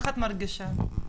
בבקשה.